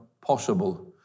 possible